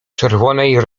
czerwonej